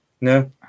No